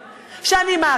שאני מברכת עליהן,